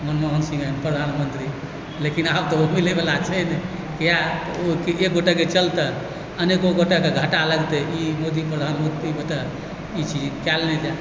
मनमोहन सिंह एहन प्रधानमन्त्री लेकिन आब तऽ ओ मिलैवला छै नहि कियाक तऽ ओ एक गोटेके चलते अनेको गोटेके घाटा लगतै ई मोदी प्रधानमन्त्रीमे तऽ ई चीज कयल नहि जायत